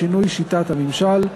שינוי שיטת הממשל),